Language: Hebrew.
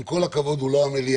עם כל הכבוד, הוא לא המליאה